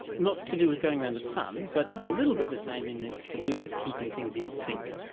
not to do with going around the sun but it's a little bit the same in that it's to do with keeping things in sync.